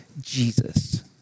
Jesus